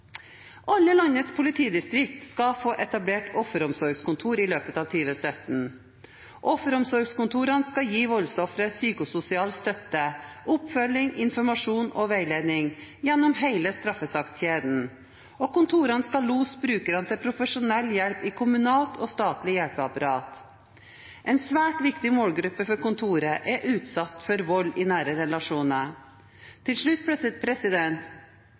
Alle landets politidistrikt skal få etablert offeromsorgskontor i løpet av 2017. Offeromsorgskontorene skal gi voldsofre psykososial støtte, oppfølging, informasjon og veiledning gjennom hele straffesakskjeden. Kontorene skal lose brukerne til profesjonell hjelp i kommunalt og statlig hjelpeapparat. En svært viktig målgruppe for kontorene er utsatte for vold i nære relasjoner. Til slutt